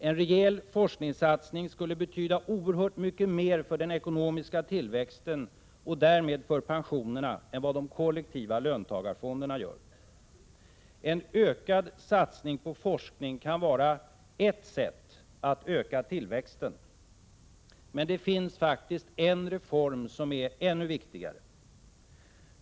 En rejäl forskningssatsning skulle betyda oerhört mycket mer för den ekonomiska tillväxten och därmed för pensionerna än vad de kollektiva löntagarfonderna gör. En ökad satsning på forskning kan vara ett sätt att öka tillväxten. Med det finns faktiskt en reform som faktiskt är ännu viktigare.